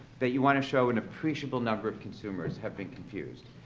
that you wanna show an appreciable number of consumers have been confused.